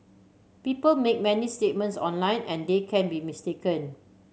people make many statements online and they can be mistaken